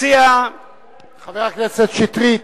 חבר הכנסת שטרית,